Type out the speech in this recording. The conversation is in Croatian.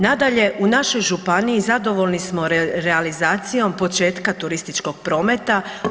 Nadalje, u našoj županiji zadovoljni smo realizacijom početka turističkog prometa.